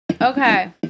Okay